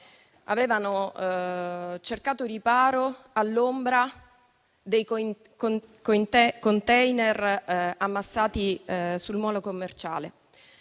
avevano cercato riparo all'ombra dei *container* ammassati sul molo commerciale,